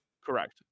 Correct